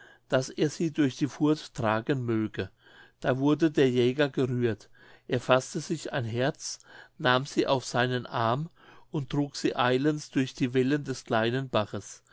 daß er sie durch die fuhrt tragen möge da wurde der jäger gerührt er faßte sich ein herz nahm sie auf seinen arm und trug sie eilends durch die wellen des kleinen baches